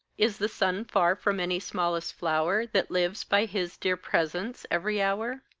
is the sun far from any smallest flower, that lives by his dear presence every hour?